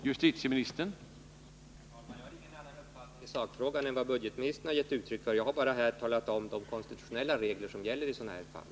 Herr talman! Jag har ingen annan uppfattning i sakfrågan än den budgetministern givit uttryck för. Jag har bara talat om vilka konstitutionella regler som gäller i sådana här fall.